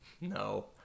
No